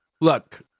look